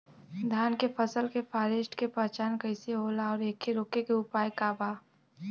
धान के फसल के फारेस्ट के पहचान कइसे होला और एके रोके के उपाय का बा?